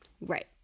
Right